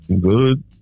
good